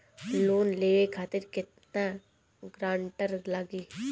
Loan लेवे खातिर केतना ग्रानटर लागी?